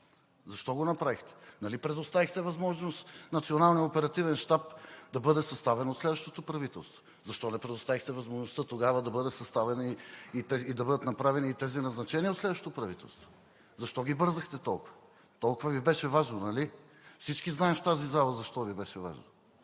Защо го направихте? Нали предоставихте възможност Националният оперативен щаб да бъде съставен от следващото правителство? Защо не предоставихте възможността тогава да бъдат направени и тези назначения в следващото правителство? Защо ги бързахте толкова? Толкова Ви беше важно, нали? Всички знаем в тази зала защо Ви беше важно,